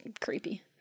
creepy